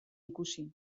ikusi